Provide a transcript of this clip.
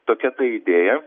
tokia ta idėja